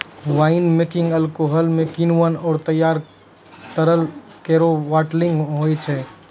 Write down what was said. wine making alcohol म किण्वन आरु तैयार तरल केरो बाटलिंग होय छै